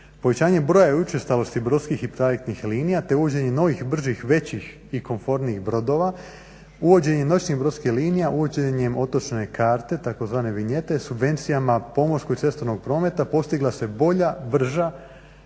Povećanje broja i učestalosti brodskih i trajektnih linija te uvođenje novih, bržih, većih i komfornijih brodova, uvođenje noćnih brodskih linija, uvođenjem otočne karte, tzv. vinjete, subvencijama pomorskog i cestovnog prometa postigla se bolja, brža,